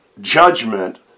judgment